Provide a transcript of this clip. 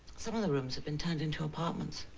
some of the rooms have been turned into apartments.